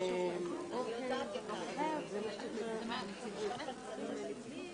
היום ה-25 בדצמבר 2018,